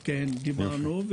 כן, דיברנו.